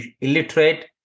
illiterate